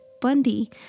Bundy